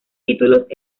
títulos